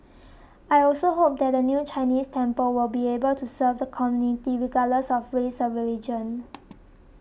I also hope that the new Chinese temple will be able to serve the community regardless of race or religion